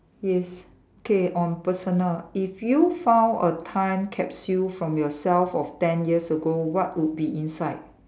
is okay on personal if you found a time capsule from yourself of ten years ago what would be inside